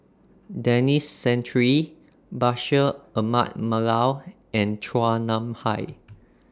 Denis Santry Bashir Ahmad Mallal and Chua Nam Hai